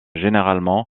généralement